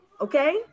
Okay